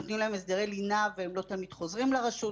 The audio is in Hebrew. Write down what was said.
נותנים להם הסדרי לינה והם לא תמיד חוזרים לרשות,